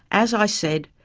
as i said,